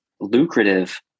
Lucrative